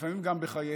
ולפעמים גם בחייהם,